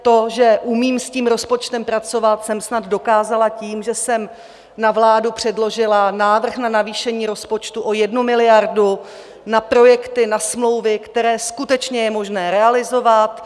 To, že umím s tím rozpočtem pracovat, jsem snad dokázala tím, že jsem na vládu předložila návrh na navýšení rozpočtu o 1 miliardu na projekty, na smlouvy, které je skutečně možné realizovat.